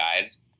guys